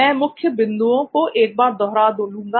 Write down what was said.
मैं मुख्य बिंदुओं को एक बार दोहरा लूँगा